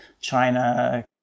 China